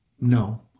No